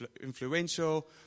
influential